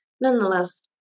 Nonetheless